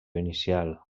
inicial